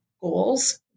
goals